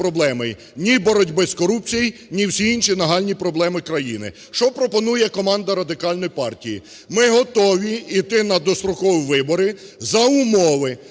ні боротьби з корупцією, ні всі інші нагальні проблеми країни. Що пропонує команда Радикальної партії? Ми готові іти на дострокові вибори за умови